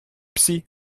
psy